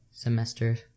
semester